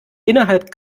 innerhalb